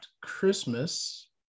Christmas